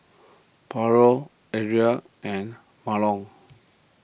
Pablo Ariel and Mahlon